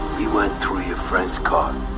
we went through your friend's car.